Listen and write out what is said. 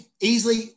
easily